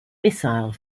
missile